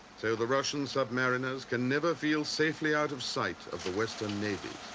so the russian submariners can never feel safely out of sight of the western navy.